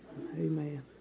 Amen